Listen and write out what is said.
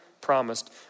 promised